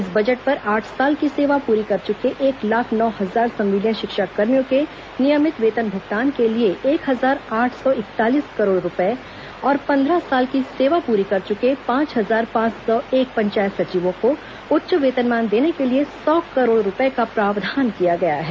इस बजट पर आठ साल की सेवा पूरी र चुके एक लाख लाख नौ हजार संविलियन शिक्षाकर्मियों के नियमित वेतन भुगतान के लिए एक हजार आठ सौ इकतालीस करोड़ रूपए और पन्द्रह साल की सेवा पूरी कर चुके पांच हजार पांच सौ एक पंचायत सचिवों को उच्च वेतनमान देने के लिए सौ करोड़ रूपए का प्रावधान किया गया है